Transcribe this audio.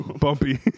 Bumpy